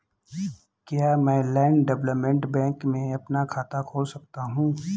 क्या मैं land development bank में अपना खाता खोल सकता हूँ?